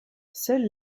seules